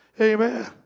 Amen